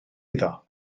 iddo